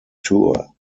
tour